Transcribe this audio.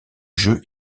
jeu